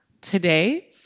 today